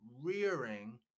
rearing